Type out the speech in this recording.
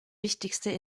wichtigste